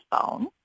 phone